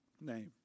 name